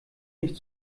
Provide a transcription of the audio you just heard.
nicht